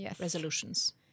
Resolutions